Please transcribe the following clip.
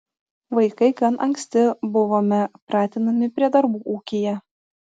vaikai gan anksti buvome pratinami prie darbų ūkyje